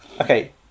okay